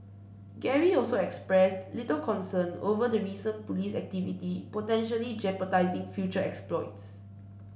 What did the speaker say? Gary also expressed little concern over the recent police activity potentially jeopardising future exploits